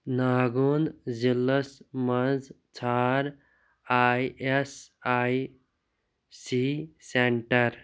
ناگوٗوَن ضِلعن مَنٛز ژھار I S I C centre